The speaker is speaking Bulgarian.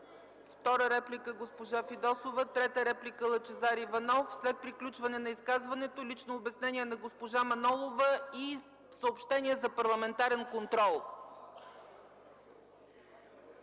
Втора реплика – госпожа Фидосова, трета реплика – Лъчезар Иванов. След приключване на изказването – лично обяснение на госпожа Манолова, и съобщения за парламентарен контрол.